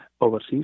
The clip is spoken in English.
overseas